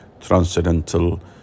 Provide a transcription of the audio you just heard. transcendental